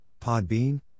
Podbean